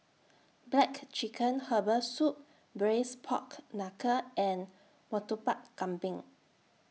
Black Chicken Herbal Soup Braised Pork Knuckle and Murtabak Kambing